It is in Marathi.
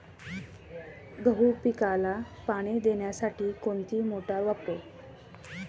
गहू पिकाला पाणी देण्यासाठी कोणती मोटार वापरू?